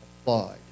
applied